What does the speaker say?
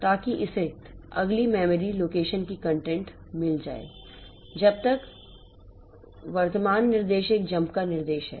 ताकि इसे अगली मेमोरी लोकेशन की कंटेंट मिल जाए जब तक और वर्तमान निर्देश एक जम्प का निर्देश है